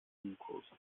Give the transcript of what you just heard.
glukose